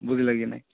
ବୁଝିଲ କି ନାଇଁ